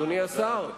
אדוני השר.